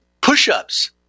push-ups